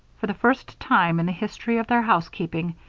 for the first time in the history of their housekeeping,